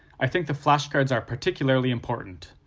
i think the flashcards are particularly important,